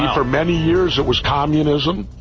for many years it was communism.